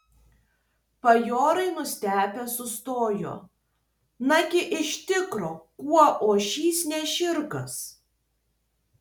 bajorai nustebę sustojo nagi iš tikro kuo ožys ne žirgas